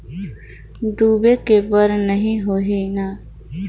डूबे के बर नहीं होही न?